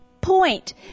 point